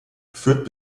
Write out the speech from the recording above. führt